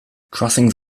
crossings